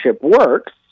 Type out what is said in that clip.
works